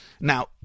Now